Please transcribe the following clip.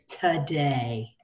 today